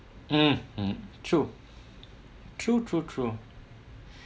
mm mm true true true true